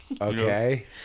okay